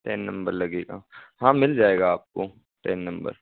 ten number लगेगा हाँ मिल जाएगा आपको टेन नंबर